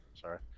Sorry